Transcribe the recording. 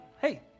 hey